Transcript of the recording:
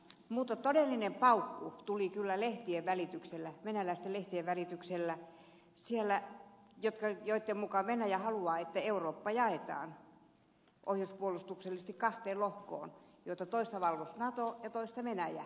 mutta todellinen paukku tuli kyllä venäläisten lehtien välityksellä joitten mukaan venäjä haluaa että eurooppa jaetaan ohjuspuolustuksellisesti kahteen lohkoon joista toista valvoisi nato ja toista venäjä